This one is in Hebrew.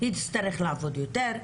תצטרך לעבוד יותר,